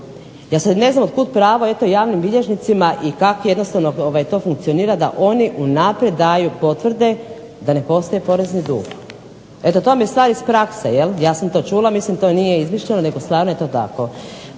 Ja sada ne znam od kuda pravo javnim bilježnicima i kako jednostavno to funkcionira da oni unaprijed daju potvrde da ne postoji porezni dug. To vam je stvar iz prakse. Ja sam to čula mislim to nije izmišljeno nego je to stvarno tako.